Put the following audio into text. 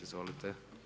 Izvolite.